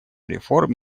реформ